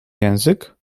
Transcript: język